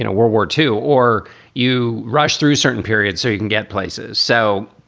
you know we're war two or you rush through certain periods so you can get places. so.